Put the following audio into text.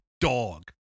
dog